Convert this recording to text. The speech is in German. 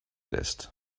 lässt